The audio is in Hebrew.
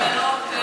חשוב לומר,